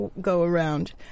go-around